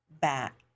back